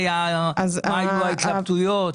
מה היו ההתלבטויות?